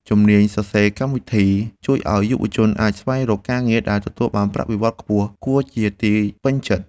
ជំនាញសរសេរកម្មវិធីជួយឱ្យយុវជនអាចស្វែងរកការងារដែលទទួលបានប្រាក់បៀវត្សខ្ពស់គួរជាទីពេញចិត្ត។